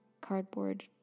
cardboard